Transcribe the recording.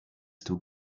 still